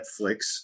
netflix